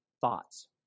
thoughts